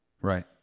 right